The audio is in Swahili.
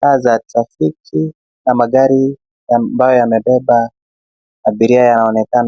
saa za trafiki na magari ambayo yamebeba abiria yanaonekana.